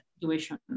situation